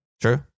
true